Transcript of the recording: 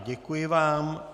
Děkuji vám.